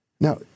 Now